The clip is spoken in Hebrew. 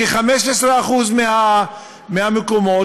כ-15% מהמקומות,